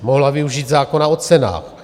Mohla využít zákona o cenách.